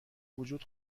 وجود